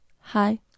Hi